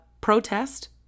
protest